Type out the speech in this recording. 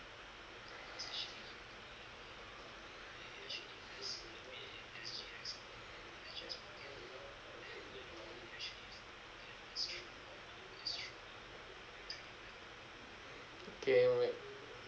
okay wait